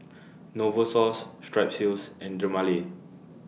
Novosource Strepsils and Dermale